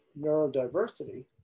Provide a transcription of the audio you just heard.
neurodiversity